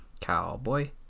cowboy